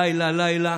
לילה-לילה,